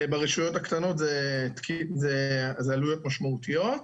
ברשויות הקטנות אלו עלויות ממעותיו.